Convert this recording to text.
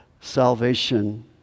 salvation